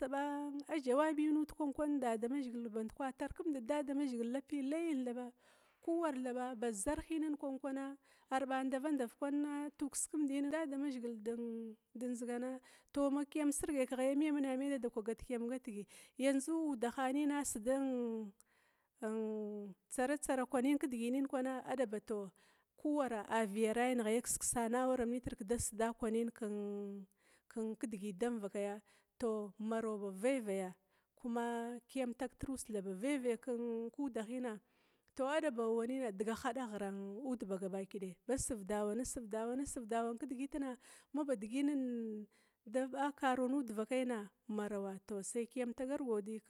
Da ba ajawabiyin nud kwankwana dadamazhigil band kwa dzahkumdit damazhigi lapi lai thaba, kuwar baz zarhin kwan kwana arba ndava-ndav kwana tukiskimda kwana dadamzhigil da nzigana, tou makiyam sirgai keghaya mian kwana maya dadakwa gafkiyam gatigi. yanzu udahana a sidiv tsare-tsare kwanin kwan kuwara aviyarabi ghaya kiskisana awaramitir kidigit damvakaya, tou marau ba veve tou kiyam tagtir uss thaba ba veve, tou adaba aw wanina diga hada ghira uda ba gabakidaya ba sivda wan ba sivda man kidigit na maba diginin da ba karunud divakayana sai kiyam tagar godi